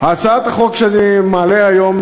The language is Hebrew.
הצעת החוק שאני מעלה היום,